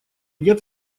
нет